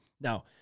Now